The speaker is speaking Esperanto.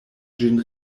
ĝin